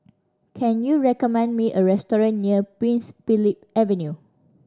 can you recommend me a restaurant near Prince Philip Avenue